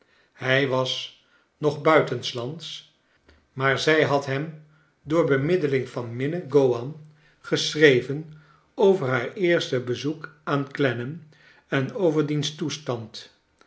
hij was nog buitenslands maar zij had hem door bemiddeling van minnie gowan geschreven over haar eerste bezoek aan clennam en over diens toestand